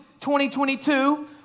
2022